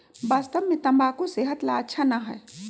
वास्तव में तंबाकू सेहत ला अच्छा ना है